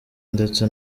ndetse